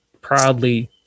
proudly